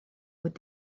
would